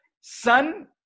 son